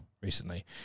recently